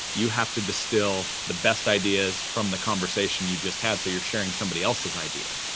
you have to distill the best ideas from the conversation you just had, so you're sharing somebody else's idea.